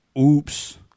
oops